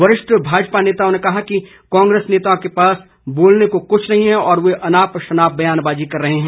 वरिष्ठ भाजपा नेता ने कहा कि कांग्रेस नेताओं के पास बोलने को कुछ नहीं है और वे अनाप शनाप बयानबाजी कर रहे हैं